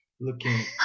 Looking